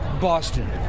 Boston